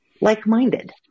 like-minded